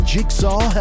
Jigsaw